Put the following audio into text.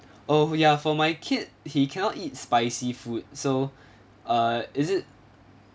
oh ya for my kid he cannot eat spicy food so uh is it